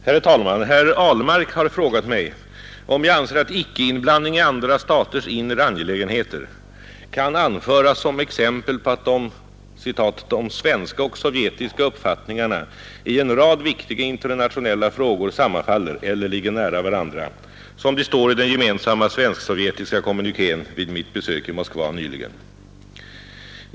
Herr talman! Herr Ahlmark har frågat om jag anser att ”ickeinblandning i andra staters inre angelägenheter” kan anföras som exempel på att ”de svenska och sovjetiska uppfattningarna i en rad viktiga internationella frågor sammanfaller eller ligger nära varandra”, som det står i den gemensamma svensk-sovjetiska kommunikén vid mitt besök i Moskva nyligen.